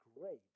great